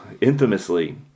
infamously